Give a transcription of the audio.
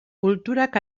kulturak